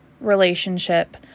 relationship